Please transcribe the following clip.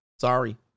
Sorry